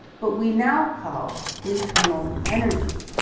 but we now call internal energy,